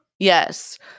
Yes